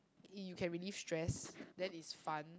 eh you can relieve stress then is fun